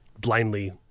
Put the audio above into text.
blindly